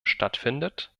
stattfindet